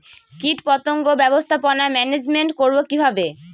কীটপতঙ্গ ব্যবস্থাপনা ম্যানেজমেন্ট করব কিভাবে?